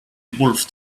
wolfed